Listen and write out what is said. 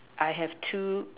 I have two